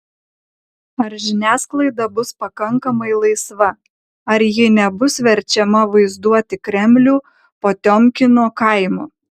ar žiniasklaida bus pakankamai laisva ar ji nebus verčiama vaizduoti kremlių potiomkino kaimu